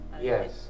Yes